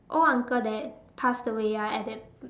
old uncle that passed away ah at that